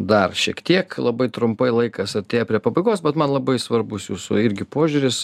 dar šiek tiek labai trumpai laikas artėja prie pabaigos bet man labai svarbus jūsų irgi požiūris